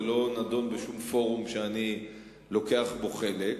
זה לא נדון בשום פורום שאני לוקח בו חלק,